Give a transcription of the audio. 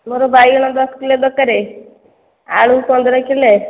ମୋ'ର ବାଇଗଣ ଦଶ କିଲୋ ଦରକାରେ ଆଳୁ ପନ୍ଦର କିଲୋ